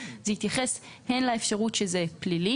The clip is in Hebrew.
זה יתייחס הן לאפשרות שזה פלילי,